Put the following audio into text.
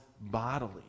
bodily